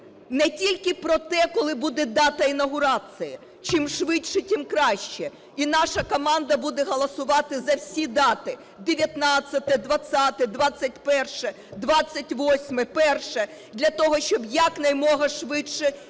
не тільки про те, коли буде дата інавгурації. Чим швидше, тим краще. І наша команда буде голосувати за всі дати: 19, 20, 21, 28, 1, - для того щоб якомога швидше інавгурацію